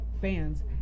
fans